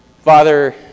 Father